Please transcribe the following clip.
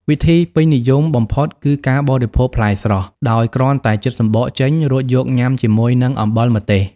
វិធីពេញនិយមបំផុតគឺការ បរិភោគផ្លែស្រស់ ដោយគ្រាន់តែចិតសំបកចេញ រួចយកញ៉ាំជាមួយនឹង អំបិលម្ទេស។